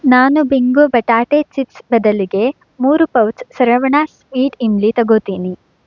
ನಾನು ಬಿಂಗೊ ಬಟಾಟೆ ಚಿಪ್ಸ್ ಬದಲಿಗೆ ಮೂರು ಪೌಚ್ ಸರವಣಾಸ್ ಸ್ವೀಟ್ ಇಮ್ಲಿ ತಗೋತೀನಿ